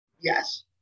Yes